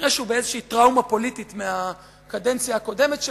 כנראה הוא באיזו טראומה פוליטית מהקדנציה הקודמת שלו.